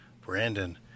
Brandon